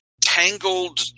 tangled